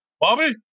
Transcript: Bobby